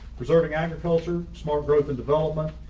preserving agriculture, smart growth and development,